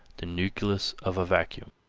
the nucleus of a vacuum.